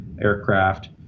aircraft